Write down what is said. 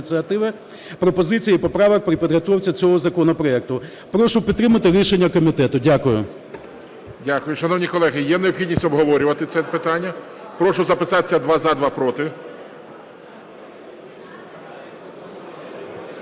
пропозицій і поправок при підготовці цього законопроекту. Прошу підтримати рішення комітету. Дякую. ГОЛОВУЮЧИЙ. Дякую. Шановні колеги, є необхідність обговорювати це питання? Прошу записатися: два – за, два – проти.